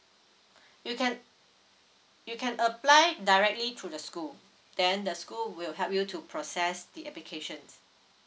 you can you can apply directly to the school then the school will help you to process the applications